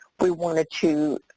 we wanted to